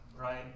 right